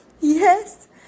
Yes